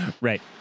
Right